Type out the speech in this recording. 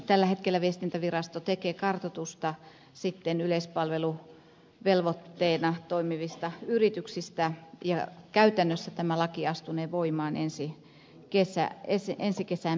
tällä hetkellä viestintävirasto tekee kartoitusta yleispalveluvelvoitteella toimivista yrityksistä ja käytännössä tämä laki astunee voimaan ensi kesään mennessä